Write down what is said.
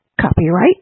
copyright